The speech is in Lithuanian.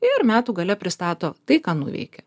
ir metų gale pristato tai ką nuveikė